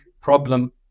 problem